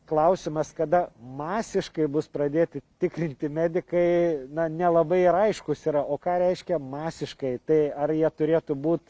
klausimas kada masiškai bus pradėti tikrinti medikai na nelabai ir aiškus yra o ką reiškia masiškai tai ar jie turėtų būt